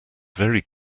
very